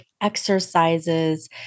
exercises